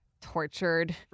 Tortured